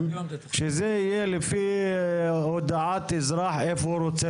שזה יהיה לפי הודעת אזרח איפה הוא רוצה